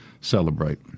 celebrate